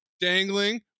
dangling